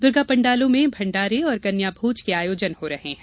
दुर्गा पंडालों में भंडारे और कन्या भोज के आयोजन हो रहे है